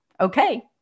Okay